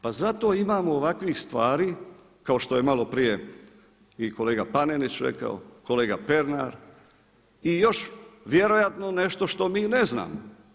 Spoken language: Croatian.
Pa zato imamo ovakvih stvari kao što je malo prije i kolega Panenić rekao, kolega Pernar i još vjerojatno nešto što mi ne znamo.